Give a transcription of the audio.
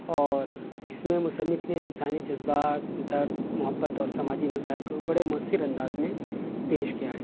اور اس میں مصنف نے انسانی جذبات درد محبت اور سماجی مسائل کو بڑے مؤثر انداز میں پیش کیا ہے